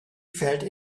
felt